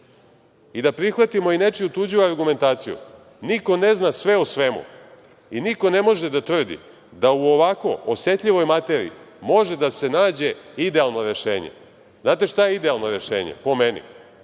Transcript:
i da prihvatimo i nečiju tuđu argumentaciju. Niko ne zna sve o svemu i niko ne može da tvrdi da o ovako osetljivoj materiji može da se nađe idealno rešenje. Znate šta je idealno rešenje, po meni?